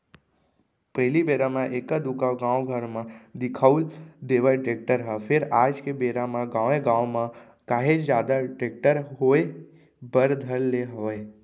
पहिली बेरा म एका दूका गाँव घर म दिखउल देवय टेक्टर ह फेर आज के बेरा म गाँवे गाँव म काहेच जादा टेक्टर होय बर धर ले हवय